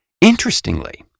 interestingly